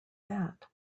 that